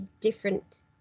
different